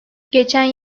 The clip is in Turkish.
geçen